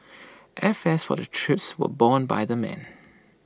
airfares for the trip were borne by the men